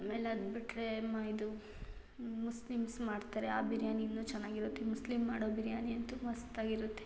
ಆಮೇಲೆ ಅದು ಬಿಟ್ಟರೆ ಮ ಇದು ಮುಸ್ಲಿಮ್ಸ್ ಮಾಡ್ತಾರೆ ಆ ಬಿರ್ಯಾನಿ ಇನ್ನೂ ಚೆನ್ನಾಗಿರುತ್ತೆ ಮುಸ್ಲಿಮ್ ಮಾಡೋ ಬಿರ್ಯಾನಿ ಅಂತೂ ಮಸ್ತಾಗಿರುತ್ತೆ